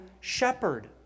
shepherd